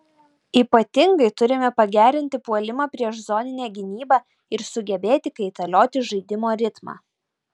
ypatingai turime pagerinti puolimą prieš zoninę gynybą ir sugebėti kaitalioti žaidimo ritmą